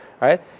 right